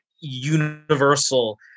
universal